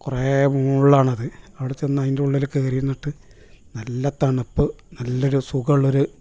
കുറെ മോളിലാണത് അവിടെ ചെന്ന് അതിൻ്റെ ഉള്ളിൽ കയറി ഇരുന്നിട്ട് നല്ല തണുപ്പ് നല്ലൊരു സുഖമുള്ളൊരു